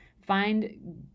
Find